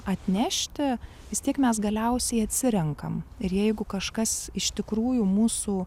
atnešti vis tiek mes galiausiai atsirenkam ir jeigu kažkas iš tikrųjų mūsų